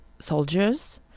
soldiers